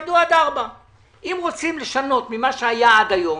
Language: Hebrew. שיעבוד עד 4:00. אם רוצים לשנות ממה שהיה עד היום,